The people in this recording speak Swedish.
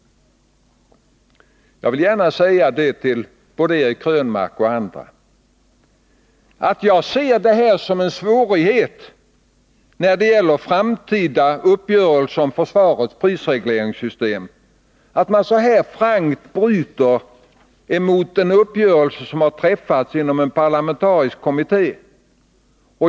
Jag vill gärna sägå till både Eric Krönmark och andra att jag ser det som en svårighet när det gäller framtida uppgörelser om försvarets prisregleringssystem att man så här frankt bryter mot den uppgörelse som har träffats inom en parlamentarisk kommitté.